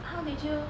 how did you